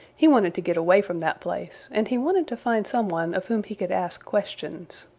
he wanted to get away from that place, and he wanted to find some one of whom he could ask questions.